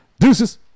Deuces